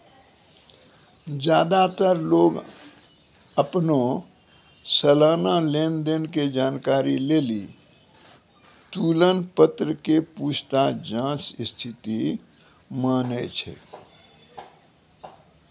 ज्यादातर लोग अपनो सलाना लेन देन के जानकारी लेली तुलन पत्र के पूछताछ जांच स्थिति मानै छै